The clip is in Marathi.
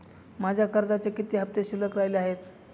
माझ्या कर्जाचे किती हफ्ते शिल्लक राहिले आहेत?